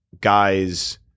guys